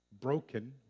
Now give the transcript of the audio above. broken